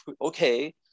okay